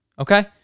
Okay